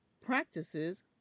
practices